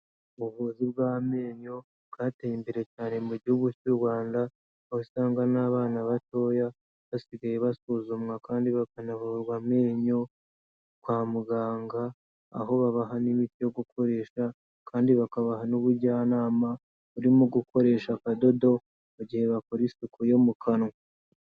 Ubuvuzi bw'amenyo bwateye imbere cyane mu gihugu cy'u Rwanda, aho usanga n'abana batoya basigaye basuzumwa kandi bakanavurwa amenyo, kwa muganga aho babaha n'imiti yo gukoresha kandi bakabaha n'ubujyanama burimo gukoresha akadodo mu gihe bakora isuku yo mu kanwa.